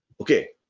Okay